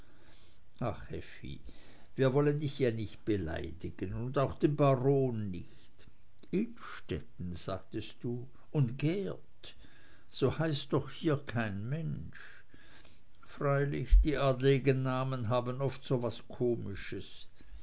wir wollen dich ja nicht beleidigen und auch den baron nicht innstetten sagtest du und geert so heißt doch hier kein mensch freilich die adeligen namen haben oft so was komisches